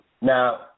Now